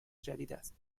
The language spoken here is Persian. جدیداست